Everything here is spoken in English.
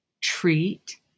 treat